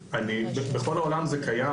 בכל העולם זה קיים,